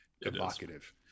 evocative